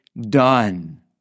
done